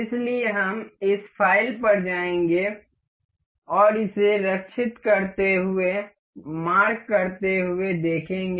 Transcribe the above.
इसलिए हम इस फाइल पर जाएंगे और इसे रक्षित करते हुए मार्क करते हुए देखेंगे